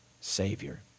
Savior